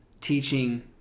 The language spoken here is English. teaching